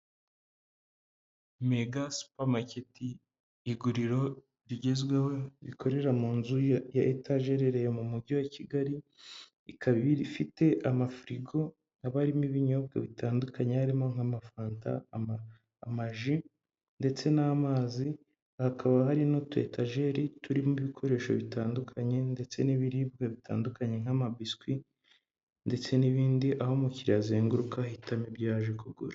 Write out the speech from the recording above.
mega supermarket iguriro rigezweho rikorera mu nzu ya etageherereye mu mujyi wa kigali ikaba iri ifite amafrigo abamorimo ibinyobwa bitandukanye harimo nk'amafanta ama amaji ndetse n'amazi hakaba hari n'utuyetageri turimo ibikoresho bitandukanye ndetse n'ibiribwa bitandukanye nk'amapisui ndetse n'ibindi aho umukiliriya azenguruka ahitamo ibyo yaje kugura